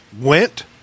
went